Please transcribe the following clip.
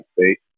state